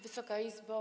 Wysoka Izbo!